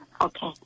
Okay